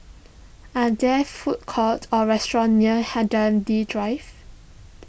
are there food courts or restaurants near Hindhede Drive